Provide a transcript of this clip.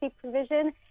provision